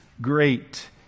great